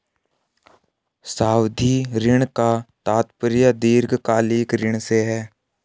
सावधि ऋण का तात्पर्य दीर्घकालिक ऋण से है